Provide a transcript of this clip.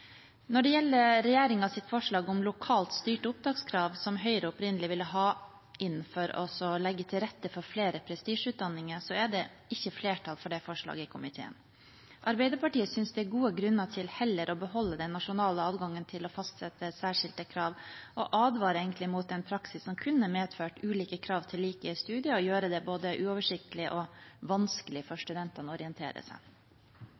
Når det gjelder regjeringens forslag om lokalt styrte opptakskrav, som Høyre opprinnelig ville ha inn for å legge til rette for flere prestisjeutdanninger, er det ikke flertall for det forslaget i komiteen. Arbeiderpartiet synes det er gode grunner til heller å beholde den nasjonale adgangen til å fastsette særskilte krav og advarer egentlig mot den praksis som kunne medført ulike krav til like studier og gjøre det både uoversiktlig og vanskelig for studentene å orientere seg.